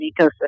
ecosystem